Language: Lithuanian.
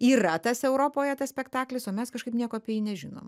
yra tas europoje tas spektaklis o mes kažkaip nieko apie jį nežinom